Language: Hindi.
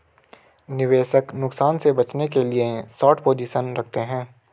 निवेशक नुकसान से बचने के लिए शार्ट पोजीशन रखते है